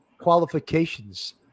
qualifications